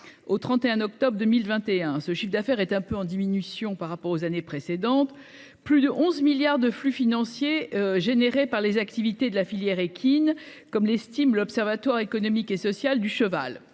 au 31 octobre 2021, ce chiffre d'affaires est un peu en diminution par rapport aux années précédentes. Plus de 11 milliards de flux financiers générés par les activités de la filière équine, comme l'estime l'Observatoire économique et sociale du cheval